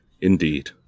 Indeed